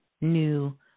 new